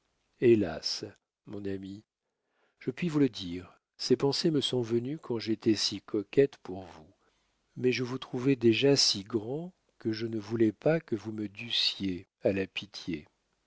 hélas mon ami je puis vous le dire ces pensées me sont venues quand j'étais si coquette pour vous mais je vous trouvais déjà si grand que je ne voulais pas que vous me dussiez à la pitié